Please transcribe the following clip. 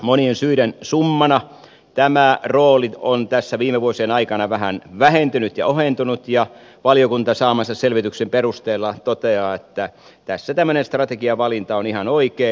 monien syiden summana tämä rooli on tässä viime vuosien aikana vähän vähentynyt ja ohentunut ja valiokunta saamansa selvityksen perusteella toteaa että tässä tämmöinen strategiavalinta on ihan oikein